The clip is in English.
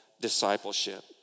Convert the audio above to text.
discipleship